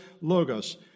logos